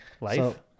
Life